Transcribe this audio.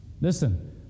Listen